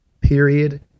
period